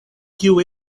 kiu